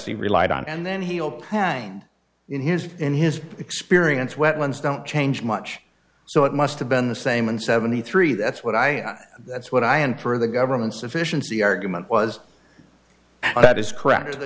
be relied on and then he'll hang in his in his experience wetlands don't change much so it must have been the same in seventy three that's what i that's what i am for the government's efficiency argument was that is correct